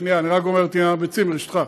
שנייה, אני רק גומר את עניין הביצים, ברשותך.